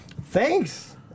Thanks